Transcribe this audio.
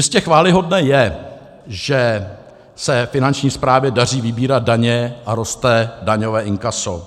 Jistě chvályhodné je, že se Finanční správě daří vybírat daně a roste daňové inkaso.